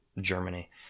Germany